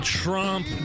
trump